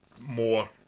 more